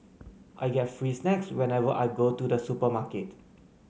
I get free snacks whenever I go to the supermarket